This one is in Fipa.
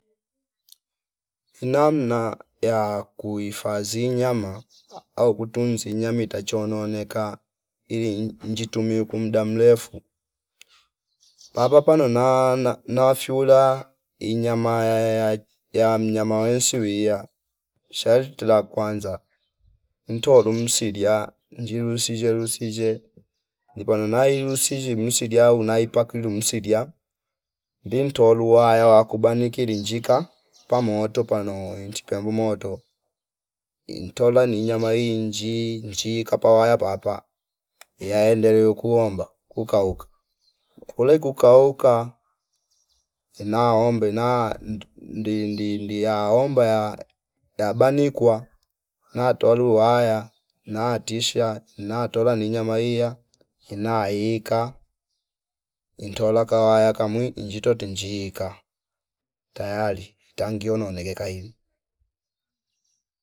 Funamna ya kuifazi nyama au kutunzi nyami itachononeka ili injitu miuku kuu mda mrefu paapa pano naana nafyula inyama yaya ya mnyama wensu wia sharti la kwanza mtolu msilia ndinu zshisa luzishe ni panona iyu uzshimi msilia unaipak ndumsilia ndintolu uwaya wakubaniki linjika pamoo panoo wenji pemu moto intola ni nyama iinji njii kapa waya papa yaendele kuomba kukauka kukolei kukauka naombe na ndi- ndi- ndi- ndiaomba ya- yabanikwa natolu waya natisha natola ni nyama iya ina ika ntola ka waya kamwi njitote njiika tayari tangioneke kaivi